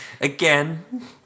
Again